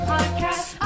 Podcast